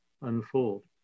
unfold